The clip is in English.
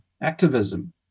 activism